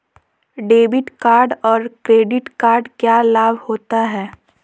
Debit card और credit card क्या लाभ होता है?